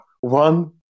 one